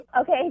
Okay